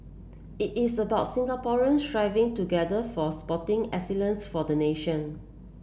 it is about Singaporean striving together for sporting excellence for the nation